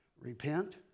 Repent